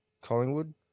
Collingwood